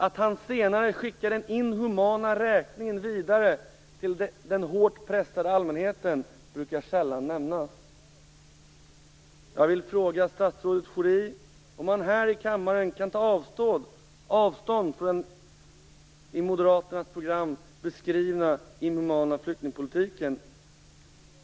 Att han senare skickar den inhumana räkningen vidare till den hårt pressade allmänheten brukar sällan nämnas."